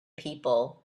people